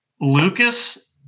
Lucas